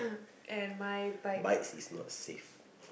bikes is not safe